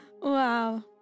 Wow